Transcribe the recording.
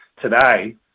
today